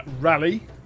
Rally